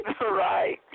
Right